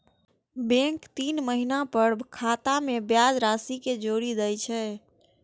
bank तीन महीना पर खाता मे ब्याज राशि कें जोड़ि दै छै